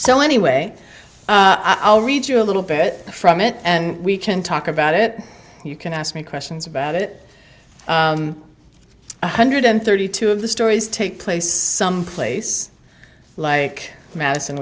so anyway i'll read you a little bit from it and we can talk about it you can ask me questions about it one hundred thirty two of the stories take place someplace like madison